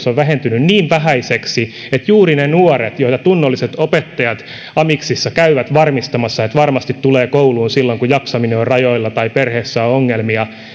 on vähentynyt niin vähäiseksi että juuri ne nuoret joita tunnolliset opettajat amiksissa käyvät varmistamassa että varmasti tulevat kouluun silloin kun jaksaminen on rajoilla tai perheessä on ongelmia